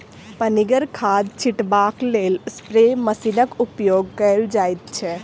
पनिगर खाद छीटबाक लेल स्प्रे मशीनक उपयोग कयल जाइत छै